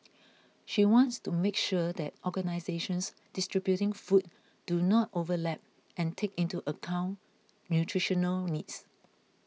she wants to make sure that organisations distributing food do not overlap and take into account nutritional needs